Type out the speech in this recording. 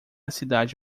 cidade